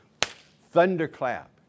thunderclap